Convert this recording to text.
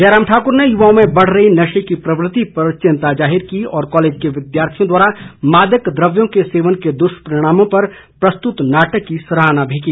जयराम ठाकर ने युवाओं में बढ़ रही नशे की प्रवृति पर चिंता जाहिर की और कॉलेज के विद्यार्थियों द्वारा मादक द्वव्यों के सेवन के दुष्परिणामों पर प्रस्तुत नाटक की सराहना भी की